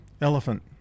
Elephant